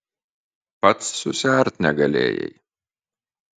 pats susiart negalėjai